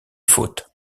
fautes